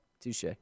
touche